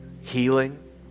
healing